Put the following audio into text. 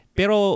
Pero